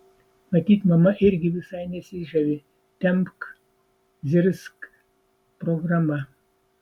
matyt mama irgi visai nesižavi tempk zirzk programa